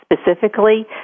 specifically